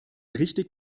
richtig